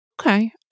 Okay